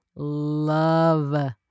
Love